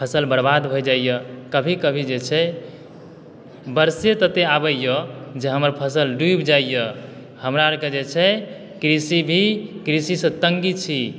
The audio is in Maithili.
फसल बरबाद भऽ जाइया कभी कभी जे छै बरसे तत्ते आबैया जॅं हमर फसल डूबि जाइया हमरा आरके जे छे कृषि भी कृषि से तंगी छी